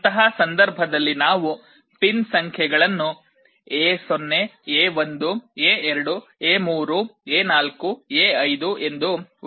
ಅಂತಹ ಸಂದರ್ಭದಲ್ಲಿ ನಾವು ಪಿನ್ ಸಂಖ್ಯೆಗಳನ್ನು A 0 A 1 A 2 A 3 A 4 A 5 ಎಂದು ಉಲ್ಲೇಖಿಸಬಹುದು